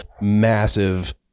massive